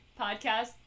podcast